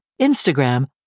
Instagram